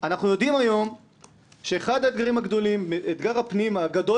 אנחנו יודעים היום שאתגר הפנים הגדול